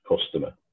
customer